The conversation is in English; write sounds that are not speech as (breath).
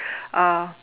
(breath) uh